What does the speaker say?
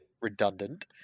redundant